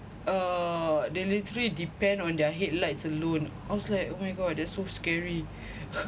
uh they literally depend on their headlights alone I was like oh my god that's so scary